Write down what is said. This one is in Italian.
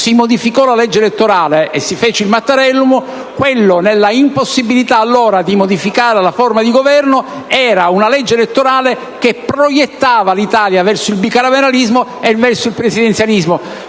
si modificò la legge elettorale e si fece il Mattarellum, nell'impossibilità allora di modificare la forma di Governo, si introdusse una legge elettorale che proiettava l'Italia verso il bicameralismo e verso il presidenzialismo